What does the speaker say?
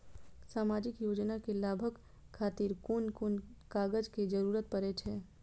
सामाजिक योजना के लाभक खातिर कोन कोन कागज के जरुरत परै छै?